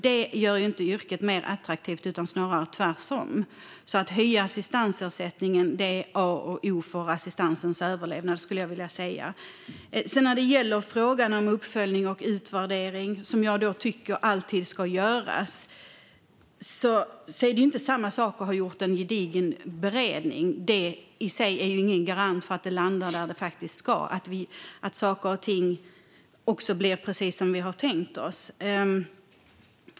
Det gör inte yrket mer attraktivt utan snarare tvärtom. Att höja assistansersättningen är A och O för assistansens överlevnad, skulle jag vilja säga. När det gäller uppföljning och utvärdering, som jag tycker alltid ska göras, är det inte samma sak att ha gjort en gedigen beredning. Detta i sig är ingen garanti för att det landar där det ska och att saker och ting blir precis som vi har tänkt oss.